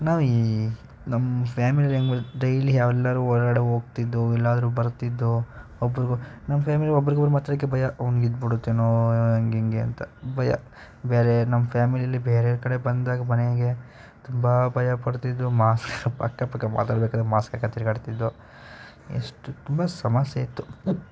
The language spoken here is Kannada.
ನಾವು ಈ ನಮ್ಮ ಫ್ಯಾಮಿಲಿಯಲ್ಲಿ ಹೆಂಗೆ ಬರುತ್ತೆ ಡೈಲಿ ಎಲ್ಲರೂ ಹೊರಗಡೆ ಹೋಗ್ತಿದ್ದೋ ಎಲ್ಲಾದರೂ ಬರ್ತಿದ್ದೋ ಒಬ್ರಿಗೂ ನಮ್ಮ ಫ್ಯಾಮಿಲಿಯಲ್ಲಿ ಒಬ್ರಿಗೊಬ್ರು ಮಾತಾಡೋಕ್ಕೆ ಭಯ ಅವ್ನಿಗೆ ಇದ್ಬಿಡುತ್ತೇನೋ ಹಂಗೆ ಹಿಂಗೆ ಅಂತ ಭಯ ಬೇರೆ ನಮ್ಮ ಫ್ಯಾಮಿಲಿಯಲ್ಲಿ ಬೇರೆ ಕಡೆ ಬಂದಾಗ ಮನೆಗೆ ತುಂಬ ಭಯಪಡ್ತಿದ್ರು ಮಾಸ್ಕ್ ಮಾತಾಡಬೇಕಾದ್ರೆ ಮಾಸ್ಕ್ ಹಾಯ್ಕೊಂಡು ತೀರ್ಗಾಡ್ತಿದ್ದೋ ಎಷ್ಟು ತುಂಬ ಸಮಸ್ಯೆ ಇತ್ತು